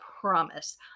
promise